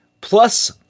Plus